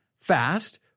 fast